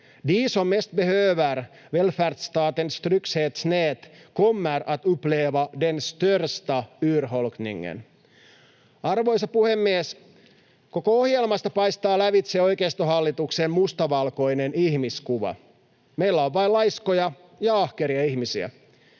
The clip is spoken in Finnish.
Arvoisa puhemies! Koko ohjelmasta paistaa lävitse oikeistohallituksen mustavalkoinen ihmiskuva: meillä on vain laiskoja ja ahkeria ihmisiä,